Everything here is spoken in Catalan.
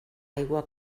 aigua